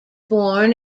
born